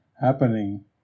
happening